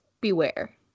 beware